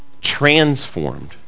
transformed